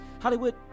Hollywood